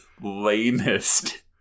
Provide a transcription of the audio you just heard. lamest